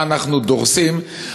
מה אנחנו דורסים,